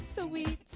sweet